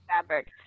Fabric